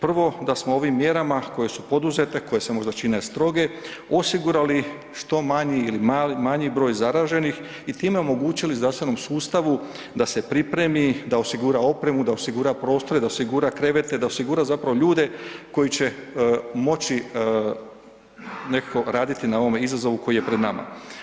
Prvo, da smo ovim mjerama koje su poduzete, koje se možda čine stroge osigurali što manji ili manji broj zaraženih i time omogućili zdravstvenom sustavu da se pripremi, da osigura opremu, da osigura prostore, da osigura krevete, da osigura zapravo ljude koji će moći nekako raditi na ovome izazovu koji je pred nama.